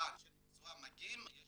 אלא אנשי מקצוע מגיעים, ויש